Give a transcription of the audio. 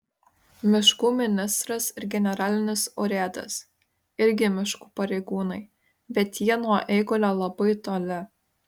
miškų ministras ir generalinis urėdas irgi miškų pareigūnai bet jie nuo eigulio labai toli